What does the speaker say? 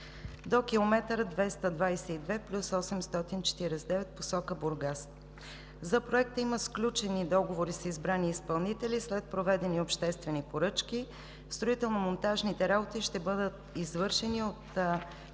до км 222+849 в посока Бургас. За Проекта има сключени договори с избрани изпълнители. След проведени обществени поръчки строително-монтажните работи ще бъдат извършени от